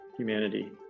Humanity